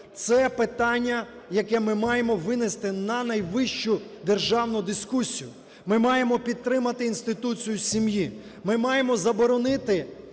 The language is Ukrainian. це питання, яке ми маємо винести на найвищу державну дискусію. Ми маємо підтримати інституцію сім'ї, ми маємо заборонити